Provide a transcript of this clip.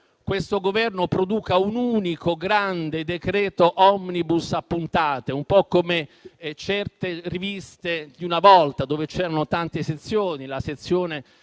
questo Governo produca un unico grande decreto *omnibus* a puntate, un po' come certe riviste di una volta dove c'erano tante sezioni (la sezione